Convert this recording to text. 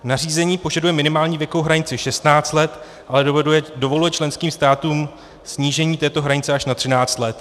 Nařízení požaduje minimální věkovou hranici 16 let, ale dovoluje členským státům snížení této hranice až na 13 let.